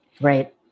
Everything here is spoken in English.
right